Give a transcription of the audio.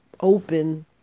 open